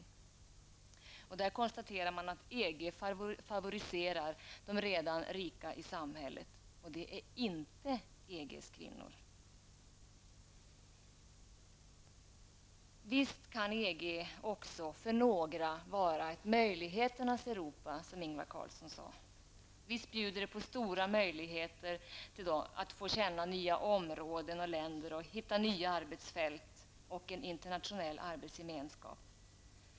I denna utredning konstateras att EG favoriserar de redan rika i samhället -- och det är inte EGs kvinnor. Visst kan EG också för några vara ett möjligheternas Europa som Ingvar Carlsson sade. Visst bjuder EG på stora möjligheter att få känna nya områden och länder och att hitta nya arbetsfält och en internationell arbetsgemenskap.